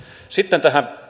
sitten tähän